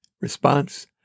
Response